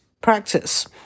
practice